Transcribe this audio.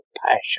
passion